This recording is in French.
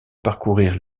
parcourir